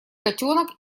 котенок